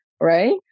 right